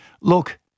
Look